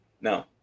No